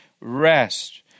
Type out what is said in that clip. rest